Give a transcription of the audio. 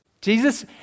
Jesus